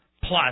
plus